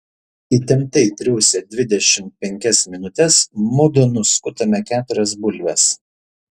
įtemptai triūsę dvidešimt penkias minutes mudu nuskutome keturias bulves